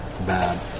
bad